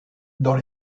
dans